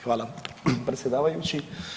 Hvala predsjedavajući.